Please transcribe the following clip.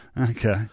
Okay